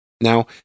Now